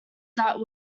that